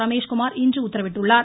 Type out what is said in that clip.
ரமேஷ்குமார் இன்று உத்தரவிட்டுள்ளார்